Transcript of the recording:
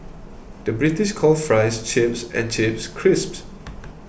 the British calls Fries Chips and Chips Crisps